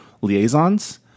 liaisons